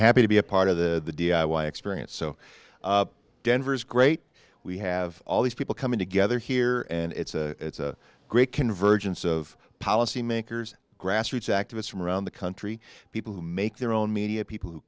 happy to be a part of the experience so denver's great we have all these people coming together here and it's a it's a great convergence of policy makers grassroots activists from around the country people who make their own media people who